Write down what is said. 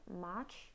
March